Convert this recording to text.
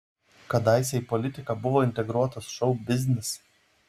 kadaise į politiką buvo integruotas šou biznis